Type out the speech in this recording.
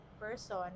person